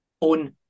on